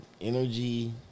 energy